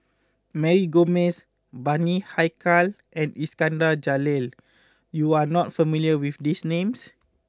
Mary Gomes Bani Haykal and Iskandar Jalil you are not familiar with these names